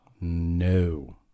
No